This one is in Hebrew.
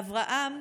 אברהם,